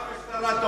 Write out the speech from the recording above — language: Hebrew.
גם המשטרה תומכת.